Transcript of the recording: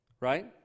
right